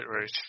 right